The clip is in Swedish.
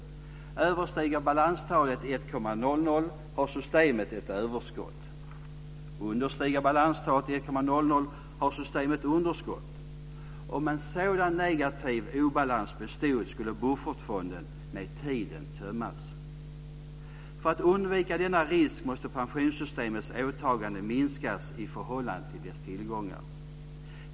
Överstiger balanstalet 1,00 har systemet ett överskott. Understiger balanstalet 1,00 har systemet underskott. Om en sådan negativ obalans bestod skulle buffertfonden med tiden tömmas. För att undvika denna risk måste pensionssystemets åtagande minskas i förhållande till dess tillgångar.